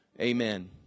Amen